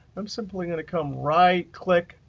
i'm simply going to come right click,